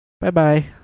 Bye-bye